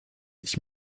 ich